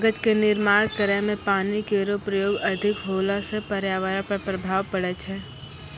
कागज क निर्माण करै म पानी केरो प्रयोग अधिक होला सँ पर्यावरण पर प्रभाव पड़ै छै